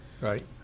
Right